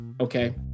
okay